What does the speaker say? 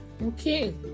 Okay